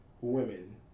women